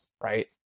right